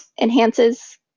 enhances